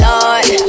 Lord